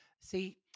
See